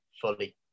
fully